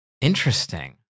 Interesting